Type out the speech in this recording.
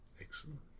Excellent